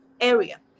area